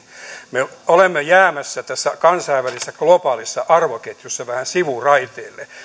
me olemme jäämässä tässä kansainvälisessä globaalissa arvoketjussa vähän sivuraiteille